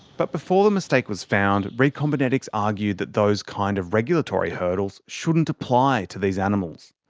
but before the mistake was found, recombinetics argued that those kind of regulatory hurdles shouldn't apply to these animals.